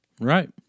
Right